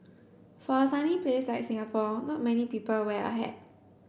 for a sunny place like Singapore not many people wear a hat